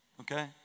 okay